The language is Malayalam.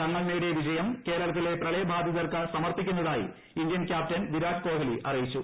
തങ്ങൾ നേടിയ വിജയം കേരളത്തിലെ പ്രളയ ബാധിതർക്ക് സമർപ്പിക്കുന്നതായി ഇന്ത്യൻ ക്യാപ്റ്റൻ വിരാട് കോഹ്ലി അറിയിച്ചു